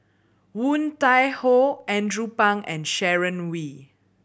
Woon Tai Ho Andrew Phang and Sharon Wee